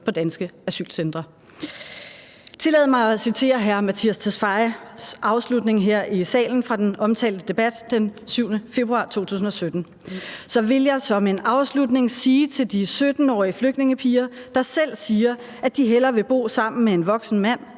på danske asylcentre. Tillad mig at citere hr. Mattias Tesfayes afslutning her i salen fra den omtalte debat den 7. februar 2017: »Så vil jeg som en afslutning sige til de 17-årige flygtningepiger, der selv siger, at de hellere end gerne vil bo sammen med en voksen mand: